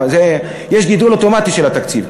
יש גידול אוטומטי של התקציב.